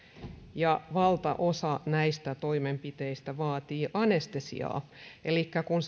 ja valtaosa näistä toimenpiteistä vaatii anestesiaa elikkä kun